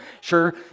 sure